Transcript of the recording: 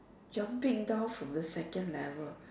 jumping down from the second level